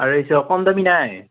আঢ়ৈশ কম দামী নাই